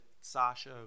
Sasha